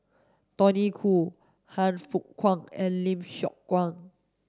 Tony Khoo Han Fook Kwang and Lim Siong Guan